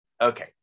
Okay